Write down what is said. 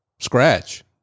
scratch